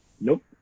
nope